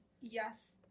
Yes